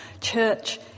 church